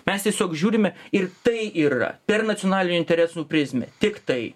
mes tiesiog žiūrime ir tai yra per nacionalinių interesų prizmę tik tai